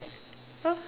!huh!